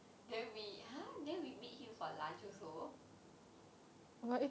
then we then we meet him for lunch also